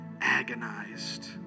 agonized